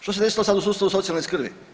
Što se desilo sad u sustavu socijalne skrbi?